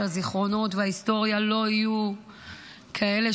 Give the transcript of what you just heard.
שהזיכרונות וההיסטוריה לא יהיו כאלה